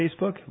Facebook